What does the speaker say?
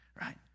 right